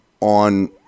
on